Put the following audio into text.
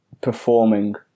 performing